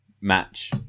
match